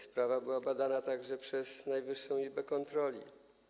Sprawa była badana także przez Najwyższą Izbę Kontroli.